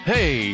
Hey